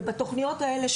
ובתוכניות האלה,